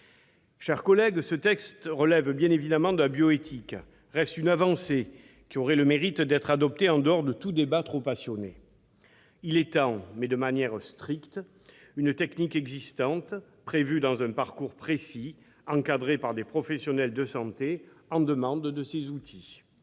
chers collègues, ce texte relève bien évidemment de la bioéthique et représente une avancée qui aurait le mérite d'être adoptée en dehors de tout débat trop passionné. Il étend, mais de manière stricte, une technique existante, prévue dans un parcours précis, encadrée par des professionnels de santé en demande de ces outils.